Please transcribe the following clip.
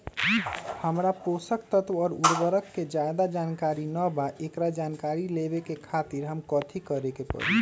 हमरा पोषक तत्व और उर्वरक के ज्यादा जानकारी ना बा एकरा जानकारी लेवे के खातिर हमरा कथी करे के पड़ी?